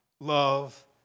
love